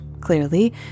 clearly